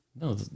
No